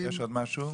יש עוד משהו?